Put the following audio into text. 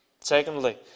Secondly